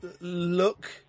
Look